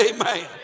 Amen